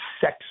sex